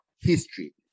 history